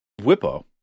Whippo